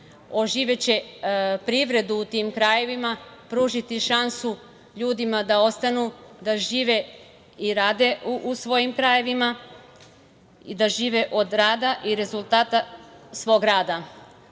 oživeće privredu u tim krajevima, pružiti šansu ljudima da ostanu da žive i rade u svojim krajevima i da žive od rada i rezultata svog rada. Zato